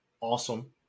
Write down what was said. awesome